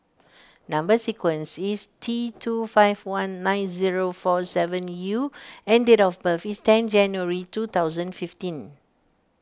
Number Sequence is T two five one nine zero four seven U and date of birth is ten January two thousand fifteen